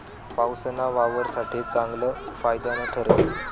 पाऊसना वावर साठे चांगलं फायदानं ठरस